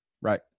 Right